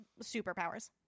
superpowers